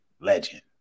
Legend